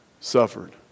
suffered